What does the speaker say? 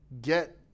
get